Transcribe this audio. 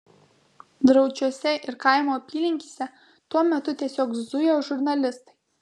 draučiuose ir kaimo apylinkėse tuo metu tiesiog zujo žurnalistai